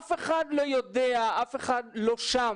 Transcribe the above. אף אחד לא יודע, אף אחד לא שם.